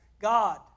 God